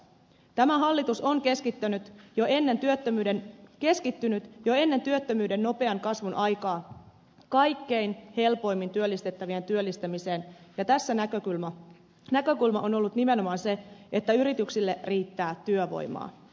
tämä hallitus on keskittynyt jo ennen työttömyyden nopean kasvun aikaa kaikkein helpoimmin työllistettävien työllistämiseen ja tässä näkökulma on ollut nimenomaan se että yrityksille riittää työvoimaa